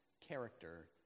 character